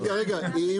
רגע רגע, אם?